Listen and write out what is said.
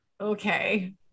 okay